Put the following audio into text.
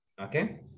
okay